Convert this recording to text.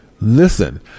listen